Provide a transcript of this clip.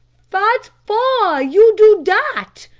fat for, you do dat?